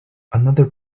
another